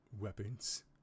Weapons